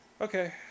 Okay